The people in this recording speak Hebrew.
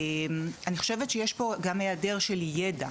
אני חושבת שיש פה גם היעדר של ידע,